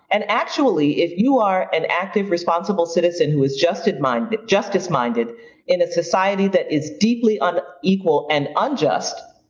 and actually, if you are an active, responsible citizen who is justice minded justice minded in a society that is deeply unequal and unjust,